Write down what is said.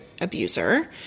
abuser